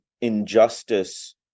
injustice